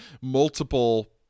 Multiple